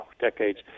decades